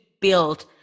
build